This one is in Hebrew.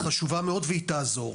היא חשובה מאוד והיא תעזור.